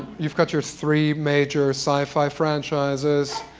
you've got your three major sci-fi franchises.